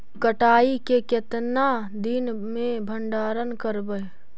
कटाई के कितना दिन मे भंडारन करबय?